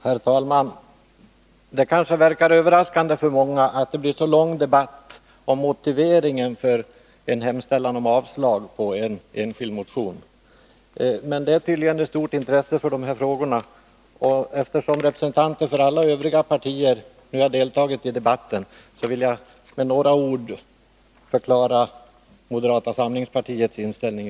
Herr talman! Det kanske verkar överaskande för många att det blir så lång debatt om motiveringen för en hemställan om avslag på en enskild motion. Men det är tydligen ett stort intresse för dessa frågor, och eftersom representanter för alla övriga partier nu har deltagit i debatten, vill jag med några ord redogöra för moderata samlingspartiets inställning.